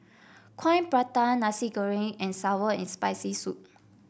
Coin Prata Nasi Goreng and sour and Spicy Soup